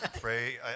pray